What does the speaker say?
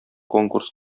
конкурс